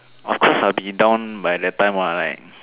of course I'll be in down by the time what like